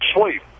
sleep